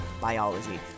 biology